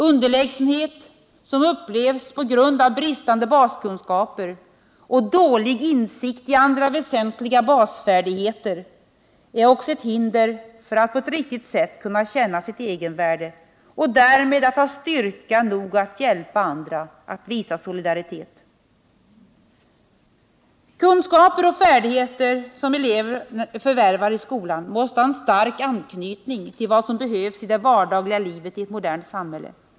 Underlägsenhet, som upplevs på grund av bristande baskunskaper och dålig förmåga i andra väsentliga basfärdigheter, är också hinder för att på ett riktigt sätt kunna känna sitt egenvärde och därmed ha styrka nog för att kunna hjälpa andra att visa solidaritet. Kunskaper och färdigheter som eleverna förvärvar i skolan måste ha en stark anknytning till vad som behövs i det dagliga livet i ett modernt samhälle.